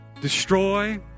destroy